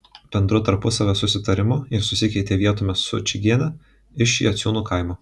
bendru tarpusavio susitarimu jis susikeitė vietomis su čigiene iš jaciūnų kaimo